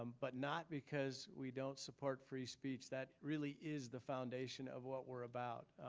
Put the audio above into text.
um but not because we don't support free speech. that really is the foundation of what we're about.